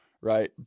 right